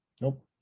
Nope